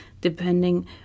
depending